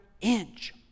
inch